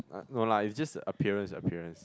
no lah it's just appearance appearance